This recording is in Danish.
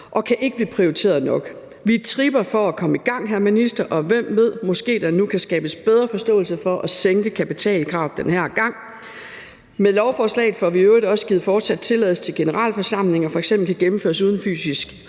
og kan ikke blive prioriteret nok. Vi tripper for at komme i gang, hr. minister. Og hvem ved? Måske der nu kan skabes bedre forståelse for at sænke kapitalkravet den her gang. Med lovforslaget får vi i øvrigt også givet fortsat tilladelse til, at generalforsamlinger f.eks. kan gennemføres uden fysisk